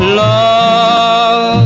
love